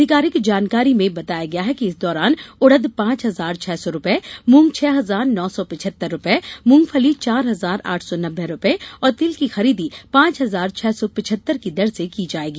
अधिकारिक जानकारी में बताया गया है कि इस दौरान उड़द पांच हजार छह सौ रूपये मूंग छह हजार नौ सौ पिचहत्तर रूपये मूंगफली चार हजार आठ सौ नब्बे रूपये और तिल की खरीदी पांच हजार छह सौ पिचहत्तर की दर से की जाएगी